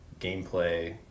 gameplay